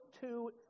two